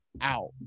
out